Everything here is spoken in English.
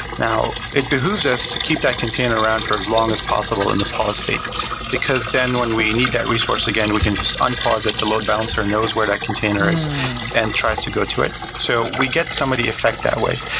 now it behooves this to keep that container around for as long as possible in the pause state because then when we need that resource again, we can just un-pause it. the load balancer knows where that container is and tries to go to it. so we get some of the effect that way.